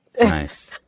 Nice